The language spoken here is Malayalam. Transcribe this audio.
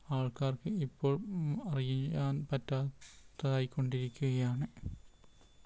ആൾക്കാർക്ക് ഇപ്പോൾ അറിയാൻ പറ്റാത്തതായിക്കൊണ്ടിരിക്കുകയാണ്